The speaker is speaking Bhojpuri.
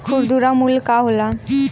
खुदरा मूल्य का होला?